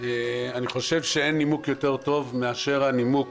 אני חושב שאין נימוק יותר טוב מאשר הנימוק